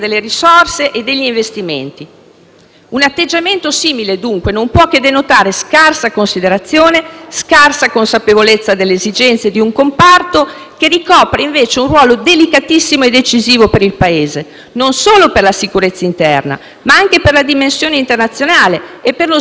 Un atteggiamento simile, dunque, non può che denotare scarsa considerazione e consapevolezza delle esigenze di un comparto che ricopre, invece, un ruolo delicatissimo e decisivo per il Paese non solo per la sicurezza interna, ma anche per la dimensione internazionale e lo sviluppo economico dell'Italia.